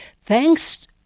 thanks